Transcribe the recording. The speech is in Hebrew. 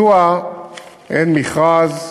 מדוע אין מכרז,